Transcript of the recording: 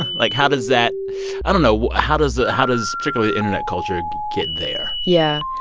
like, how does that i don't know, how does the how does particularly internet culture get there? yeah.